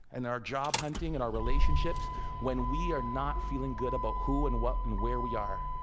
and our job hunting, in our relationships when we are not feeling good about who, and what, and where we are.